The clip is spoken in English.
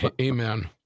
Amen